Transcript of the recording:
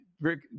Rick